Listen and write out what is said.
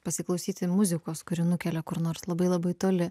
pasiklausyti muzikos kuri nukelia kur nors labai labai toli